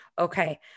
Okay